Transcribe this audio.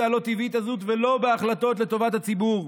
הלא-טבעית הזאת ולא בהחלטות לטובת הציבור.